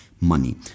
money